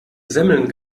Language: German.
semmeln